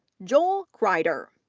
joel kreider,